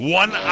one